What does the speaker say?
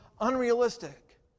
unrealistic